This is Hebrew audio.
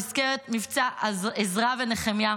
במסגרת מבצע עזרא ונחמיה,